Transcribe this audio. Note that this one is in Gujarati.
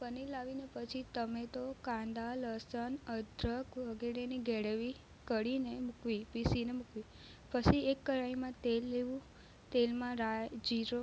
પનીર લાવીને પછી ટમેટો કાંદા લસણ અદરક વગેરેની ગ્રેવી કરીને મૂકવી પીસીને મૂકવી પછી એક કડાઇમાં તેલ લેવું તેલમાં રાઈ જીરું